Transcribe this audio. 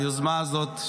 היוזמה הזאת,